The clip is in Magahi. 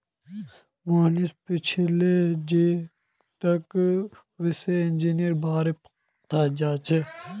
मोहनीश पूछले जे की तोक वित्तीय इंजीनियरिंगेर बार पता छोक